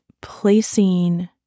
Placing